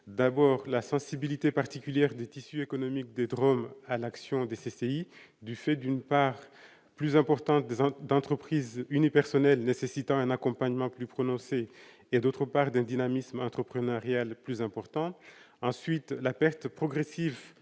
d'abord la sensibilité particulière des tissus économique des drônes à l'action des CCI, du fait d'une part plus importante des ventes d'entreprise unipersonnelle nécessitant un accompagnement plus prononcé et, d'autre part d'un dynamisme entrepreneurial plus important ensuite la perte progressive